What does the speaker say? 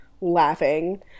laughing